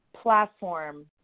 platform